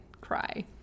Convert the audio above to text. cry